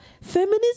feminism